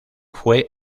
fue